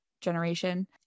generation